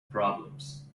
problems